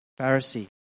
Pharisee